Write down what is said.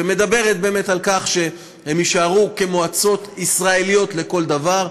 שמדברת על כך שהם יישארו מועצות ישראליות לכל דבר,